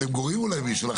אתם גורעים אולי מישהו.